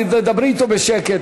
תדברי אתו בשקט.